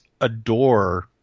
adore